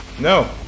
no